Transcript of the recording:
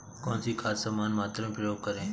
कौन सी खाद समान मात्रा में प्रयोग करें?